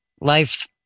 life